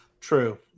True